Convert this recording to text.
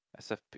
SFP